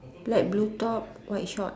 light blue top white short